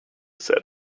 said